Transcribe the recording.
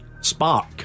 Spark